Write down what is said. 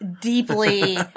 deeply